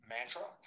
Mantra